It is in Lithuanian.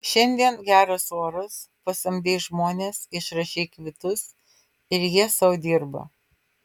šiandien geras oras pasamdei žmones išrašei kvitus ir jie sau dirba